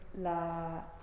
la